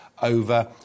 over